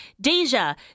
Deja